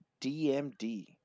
DMD